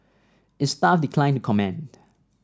its staff declined to comment